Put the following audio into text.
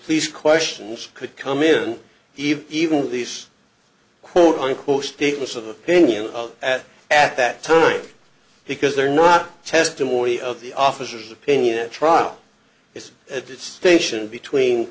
police questions could come in even these quote unquote statements of opinion at at that time because they're not testimony of the officers opinion at trial is at that station between